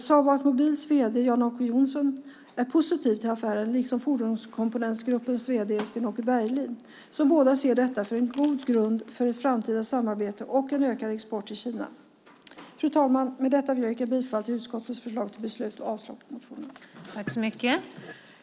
Saab Automobiles vd Jan-Åke Jonsson är liksom Fordonskomponentgruppens vd Svenåke Berglie positiv till affären. Båda två ser detta som en god grund för ett framtida samarbete och en ökad export till Kina. Fru talman! Med detta vill jag yrka bifall till utskottets förslag till beslut och avslag på motionerna.